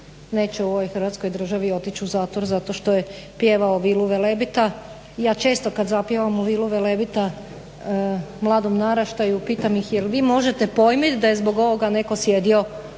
neće u ovoj Hrvatskoj državi otići u zatvor zato što je pjevao Vilu velebita. Ja često kad zapjevamo Vilu velebita mladom naraštaju, pitam ih jel vi možete pojmit da je zbog ovoga netko sjedio